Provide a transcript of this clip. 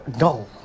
No